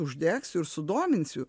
uždegsiu ir sudominsiu